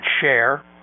share